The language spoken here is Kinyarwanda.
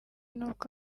n’uko